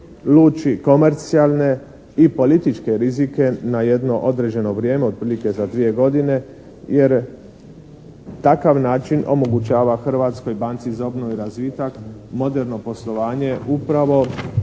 luči komercijalne i političke rizike na jedno određeno vrijeme, otprilike za dvije godine jer takav način omogućava Hrvatskoj banci za obnovu i razvitak moderno poslovanje upravo